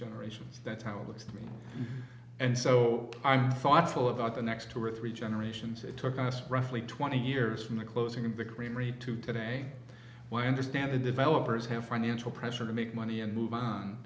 generations that's how it looks to me and so i'm thoughtful about the next two or three generations it took us roughly twenty years from the closing of the creamery to today why understand the developers have financial pressure to make money and move on